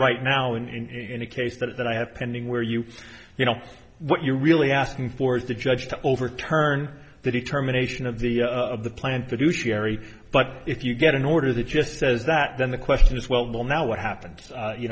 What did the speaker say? right now in any case that i have pending where you you know what you're really asking for is the judge to overturn the determination of the of the plant produce jerry but if you get an order that just says that then the question is well now what happened you